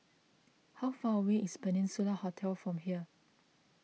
how far away is Peninsula Hotel from here